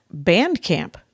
Bandcamp